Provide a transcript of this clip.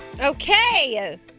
Okay